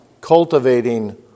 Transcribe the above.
Cultivating